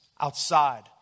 outside